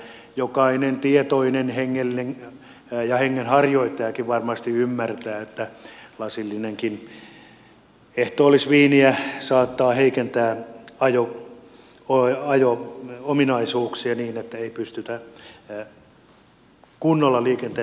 jokainen tietoinen hengenharjoittajakin varmasti ymmärtää että lasillinenkin ehtoollisviiniä saattaa heikentää ajo ominaisuuksia niin että ei pystytä kunnolla liikenteessä toimimaan